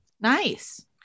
Nice